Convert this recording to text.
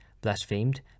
blasphemed